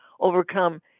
overcome